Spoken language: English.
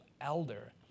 elder